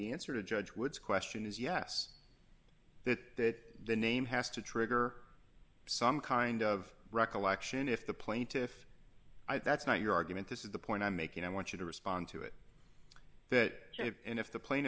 the answer to judge wood's question is yes that that the name has to trigger some kind of recollection if the plaintiffs it's not your argument this is the point i'm making i want you to respond to it that and if the